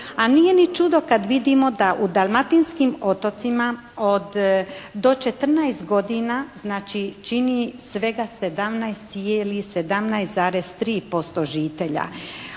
A nije ni čudo kad vidimo da u dalmatinskim otocima od, do 14 godina, znači čini svega 17,3% žitelja.